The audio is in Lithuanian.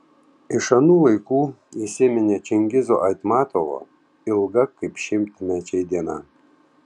iš anų laikų įsiminė čingizo aitmatovo ilga kaip šimtmečiai diena